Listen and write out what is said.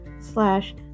slash